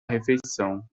refeição